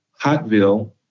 Hotville